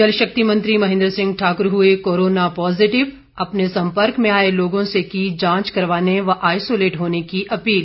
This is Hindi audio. जल शक्ति मंत्री महेन्द्र सिंह ठाकुर हुए कोरोना पॉज़िटिव अपने सम्पर्क में आए लोगों से की जांच करवाने व आइसोलेट होने की अपील